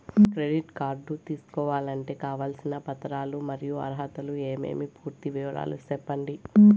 Credit card తీసుకోవాలంటే కావాల్సిన పత్రాలు మరియు అర్హతలు ఏమేమి పూర్తి వివరాలు సెప్పండి?